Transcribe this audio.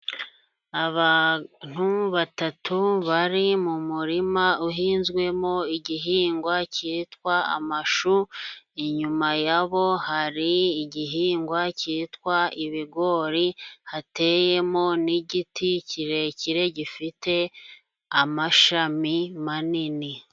Abantu batatu bari mu murima uhinzwemo igihingwa cyitwa amashu ,inyuma yabo hari igihingwa cyitwa ibigori hateyemo n'igiti kirekire gifite amashami manini.